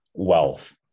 wealth